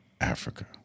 Africa